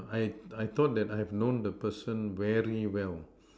I've I thought that I have known that person very well